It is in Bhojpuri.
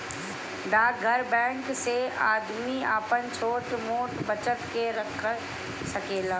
डाकघर बैंक से आदमी आपन छोट मोट बचत के रख सकेला